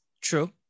True